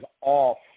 off